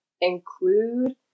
include